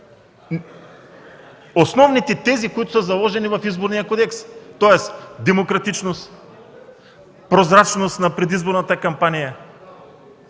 основните тези, заложени в Изборния кодекс, тоест демократичност, прозрачност на предизборната кампания.